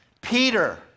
Peter